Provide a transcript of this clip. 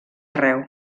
arreu